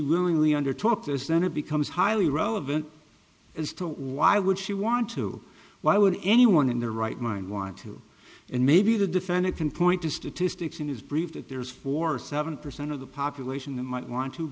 willingly undertook this then it becomes highly relevant as to why would she want to why would anyone in their right mind want to and maybe the defendant can point to statistics in his brief that there is for seventy percent of the population that might want to